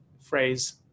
phrase